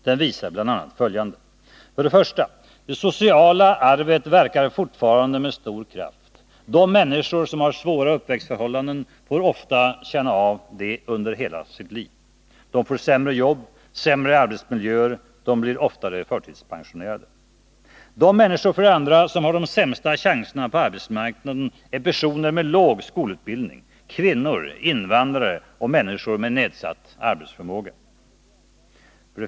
Den visar bl.a. följande: För det första verkar det sociala arvet fortfarande med stor kraft. De människor som har svåra uppväxtförhållanden får ofta känna av det under hela sitt liv. De får sämre jobb, sämre arbetsmiljöer och de blir oftare förtidspensionerade. För det andra är de människor som har de sämsta chanserna på arbetsmarknaden personer med låg skolutbildning, kvinnor, invandrare och människor med nedsatt arbetsförmåga.